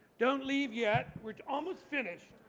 don't leave yet we're almost finished.